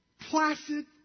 placid